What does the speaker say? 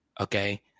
Okay